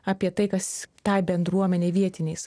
apie tai kas tai bendruomenei vietiniais